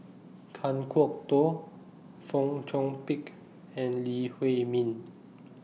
Kan Kwok Toh Fong Chong Pik and Lee Huei Min